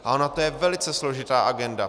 A ona to je velice složitá agenda.